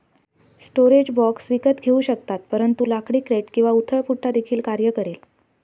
storage box विकत घेऊ शकतात परंतु लाकडी क्रेट किंवा उथळ पुठ्ठा देखील कार्य करेल